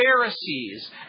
Pharisees